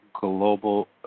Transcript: global